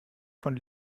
von